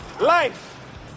Life